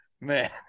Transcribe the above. man